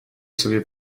sobie